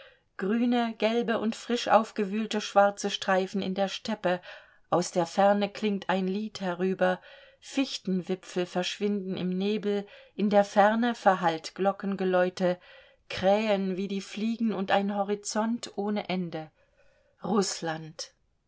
grüne gelbe und frisch aufgewühlte schwarze streifen in der steppe aus der ferne klingt ein lied herüber fichtenwipfel verschwinden im nebel in der ferne verhallt glockengeläute krähen wie die fliegen und ein horizont ohne ende rußland